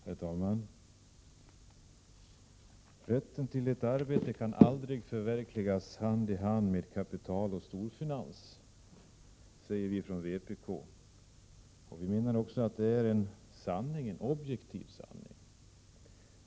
Herr talman! Rätten till arbete kan aldrig förverkligas hand i hand med kapital och storfinans, säger vi från vpk. Vi menar också att det är en objektiv sanning.